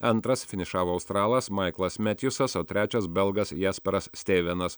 antras finišavo australas maiklas metjusas o trečias belgas jesparas steivenas